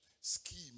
scheme